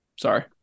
Sorry